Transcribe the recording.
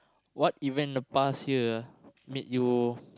what event in the past year made you